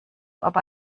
aber